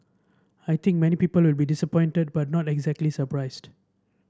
I think many people will be disappointed but not exactly surprised